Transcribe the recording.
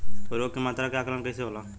उर्वरक के मात्रा के आंकलन कईसे होला?